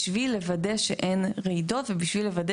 בשביל לוודא שאין רעידות ובשביל לוודא